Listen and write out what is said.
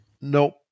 Nope